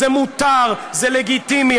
זה מותר, זה לגיטימי.